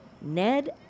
Ned